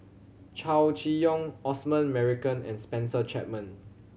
Chow Chee Yong Osman Merican and Spencer Chapman